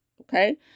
Okay